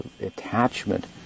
attachment